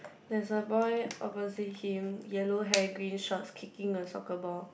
there is a boy oversee him yellow hair green short kicking a soccer ball